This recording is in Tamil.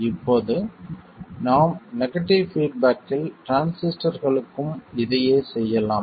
இப்போது நாம் நெகடிவ் பீட்பேக்கில் டிரான்சிஸ்டர்களுக்கும் இதையே செய்யலாம்